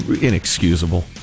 inexcusable